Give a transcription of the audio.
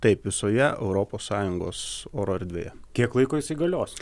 taip visoje europos sąjungos oro erdvėje kiek laiko jisai galios